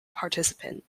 participant